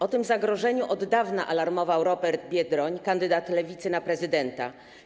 O tym zagrożeniu od dawna alarmował Robert Biedroń, kandydat Lewicy na prezydenta.